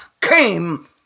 came